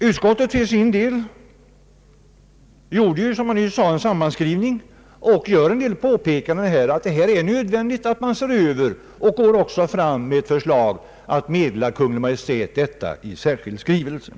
Utskottet gjorde som jag nyss sade en sammanskrivning och påpekar att det är nödvändigt att man gör en översyn och lägger fram förslag att meddelas Kungl. Maj:t i en särskild skrivelse.